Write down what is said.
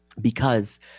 because-